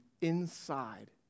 inside